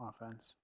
offense